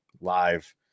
live